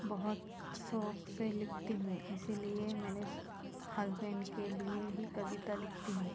बहहुत शौक़ से लिखती हूँ इसीलिए मेरे हसबेंड के लिए ही कविता लिखती हूँ